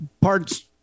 parts